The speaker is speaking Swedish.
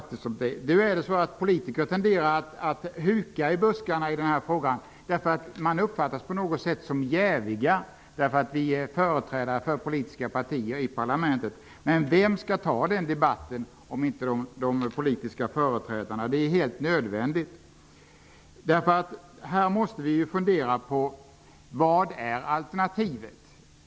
Vi politiker tenderar att huka i buskarna i den här frågan, därför att vi uppfattas på något sätt som jäviga, genom att vi är företrädare för politiska partier i parlamentet. Men vem skall ta den debatten, om inte de politiska företrädarna? Det är helt nödvändigt. Det är helt nödvändigt. Här måste vi fundera över vad alternativet är.